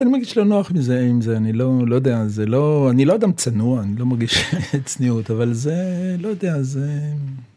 אני מרגיש לא נוח מזה עם זה אני לא לא יודע זה לא אני לא גם צנוע אני לא מרגיש צניעות אבל זה לא יודע זה..